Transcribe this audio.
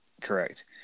correct